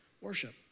worship